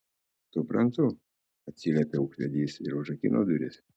suprantu atsiliepė ūkvedys ir užrakino duris